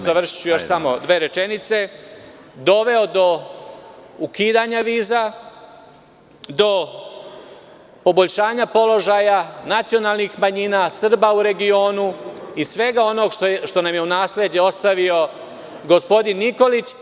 Završavam, još dve rečenice. … doveo do ukidanja viza, do poboljšanja položaja nacionalnih manjina, Srba u regionu i svega onog što nam je u nasleđe ostavio gospodin Nikolić?